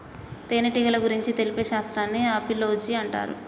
తేనెటీగల గురించి తెలిపే శాస్త్రాన్ని ఆపిలోజి అంటారు